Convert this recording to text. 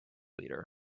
leader